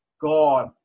God